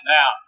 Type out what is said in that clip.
Now